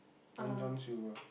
Long-John-Silvers